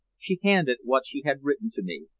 she handed what she had written to me.